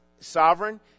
sovereign